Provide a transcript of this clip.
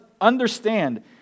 understand